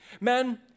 Men